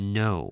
no